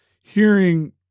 hearing